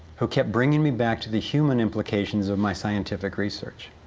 who kept bringing me back to the human implications of my scientific research.